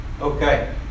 Okay